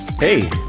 Hey